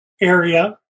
area